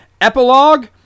Epilogue